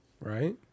right